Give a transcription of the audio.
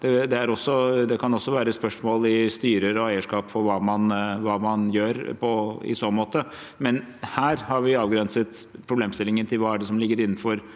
Det kan også være spørsmål i styrer og eierskap om hva man gjør i så måte. Men her har vi avgrenset problemstillingen til hva som ligger innenfor